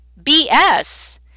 BS